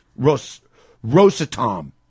Rosatom